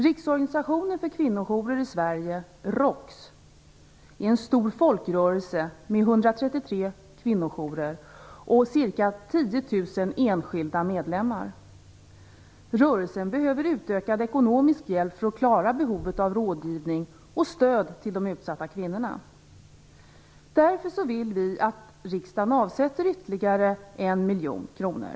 ROKS, är en stor folkrörelse med 133 kvinnojourer och ca 10 000 enskilda medlemmar. Rörelsen behöver utökad ekonomisk hjälp för att klara behovet av rådgivning och stöd till de utsatta kvinnorna. Därför vill vi att riksdagen avsätter ytterligare 1 miljon kronor.